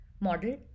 model